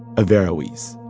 averroes